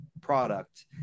product